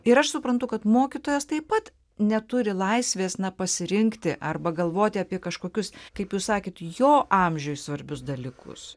ir aš suprantu kad mokytojas taip pat neturi laisvės pasirinkti arba galvoti apie kažkokius kaip jūs sakėt jo amžiui svarbius dalykus